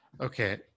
Okay